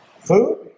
Food